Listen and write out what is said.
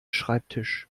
schreibtisch